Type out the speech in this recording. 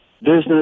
business